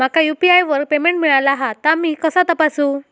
माका यू.पी.आय वर पेमेंट मिळाला हा ता मी कसा तपासू?